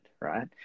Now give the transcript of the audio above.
right